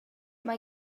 mae